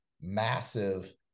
massive